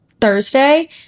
thursday